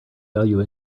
value